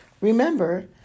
remember